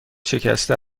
شکسته